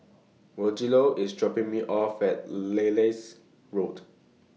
Rogelio IS dropping Me off At Lilac Road